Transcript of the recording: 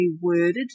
worded